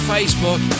Facebook